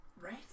Right